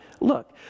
Look